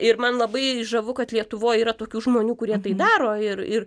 ir man labai žavu kad lietuvoj yra tokių žmonių kurie tai daro ir ir